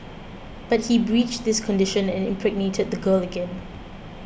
but he breached this condition and impregnated the girl again